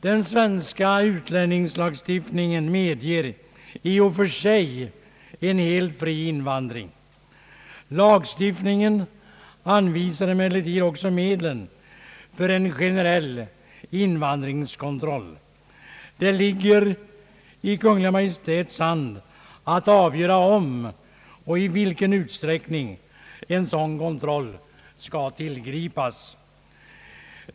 Den svenska utlänningslagstiftningen medger i och för sig en helt fri invandring. Lagstiftningen anvisar emellertid också medlen för en generell invandringskontroll. Det ligger i Kungl. Maj:ts hand att avgöra om och i vilken utsträckning en sådan kontroll skall tillgripas.